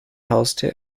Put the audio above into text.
haustier